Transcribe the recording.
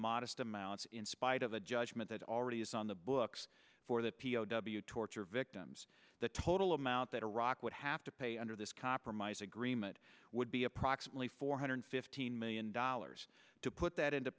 modest amounts in spite of a judgment that already is on the books for the w torture victims the total amount that iraq would have to pay under this compromise agreement would be approximately four hundred fifteen million dollars to put that into